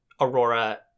Aurora